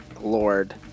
lord